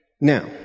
Now